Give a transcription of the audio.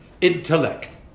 intellect